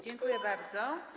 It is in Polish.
Dziękuję bardzo.